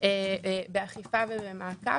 באכיפה ובמעקב.